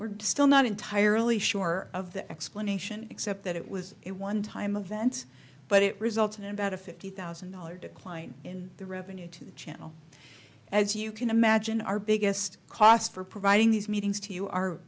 we're still not entirely sure of the explanation except that it was a one time event but it resulted in about a fifty thousand dollars decline in the revenue to the channel as you can imagine our biggest cost for providing these meetings to ou